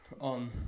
on